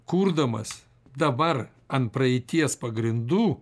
kurdamas dabar ant praeities pagrindų